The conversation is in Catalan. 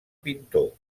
pintor